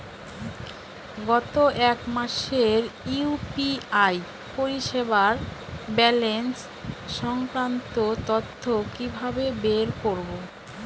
গত এক মাসের ইউ.পি.আই পরিষেবার ব্যালান্স সংক্রান্ত তথ্য কি কিভাবে বের করব?